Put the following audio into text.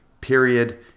Period